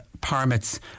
permits